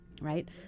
right